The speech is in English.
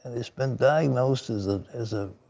has been diagnosed as ah as a